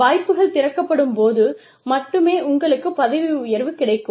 வாய்ப்புகள் திறக்கப்படும்போது மட்டுமே உங்களுக்குப் பதவி உயர்வு கிடைக்கும்